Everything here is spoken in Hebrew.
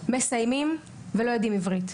מסיימים ולא יודעים עברית.